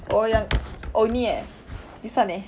oh like oh ini eh this one eh